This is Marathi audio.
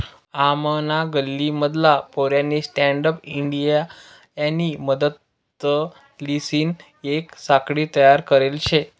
आमना गल्ली मधला पोऱ्यानी स्टँडअप इंडियानी मदतलीसन येक साखळी तयार करले शे